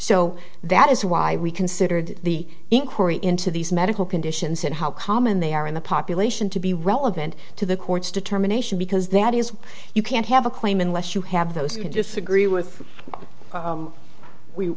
so that is why we considered the inquiry into these medical conditions and how common they are in the population to be relevant to the court's determination because that is you can't have a claim unless you have those can disagree with